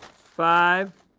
five,